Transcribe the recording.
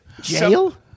Jail